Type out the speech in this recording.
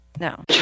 No